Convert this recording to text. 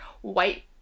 white